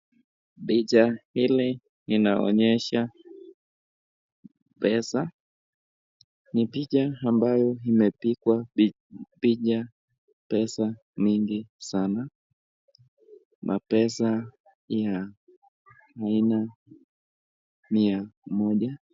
Picha hili linaonyesha pesa, ni picha amabayo imepigwa picha pesa mingi sana na pesa ya aina mia moja.